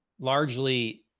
Largely